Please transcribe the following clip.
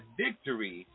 victory